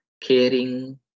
caring